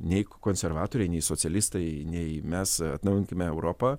nei konservatoriai nei socialistai nei mes atnaujinkime europą